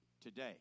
today